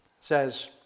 says